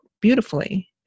beautifully